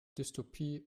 dystopie